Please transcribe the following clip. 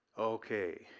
Okay